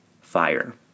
fire